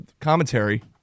commentary